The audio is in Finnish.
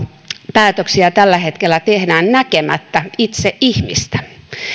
päätöksiä tällä hetkellä tehdään näkemättä itse ihmistä